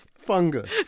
Fungus